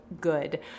good